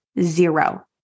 zero